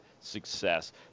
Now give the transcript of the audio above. success